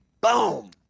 Boom